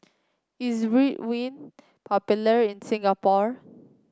is Ridwind popular in Singapore